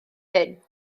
hyn